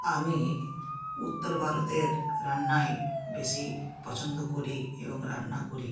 আমি উত্তর ভারতের রান্নাই বেশি পছন্দ করি এবং রান্না করি